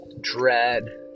dread